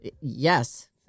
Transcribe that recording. Yes